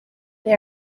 they